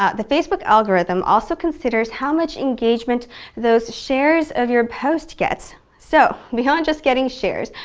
ah the facebook algorithm also considers how much engagement those shares of your post gets. so, beyond just getting shares,